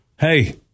hey